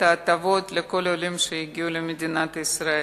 ההטבות לכל העולים שהגיעו למדינת ישראל,